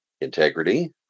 integrity